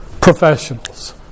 professionals